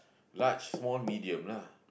large small medium lah